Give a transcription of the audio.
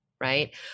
right